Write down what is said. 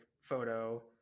photo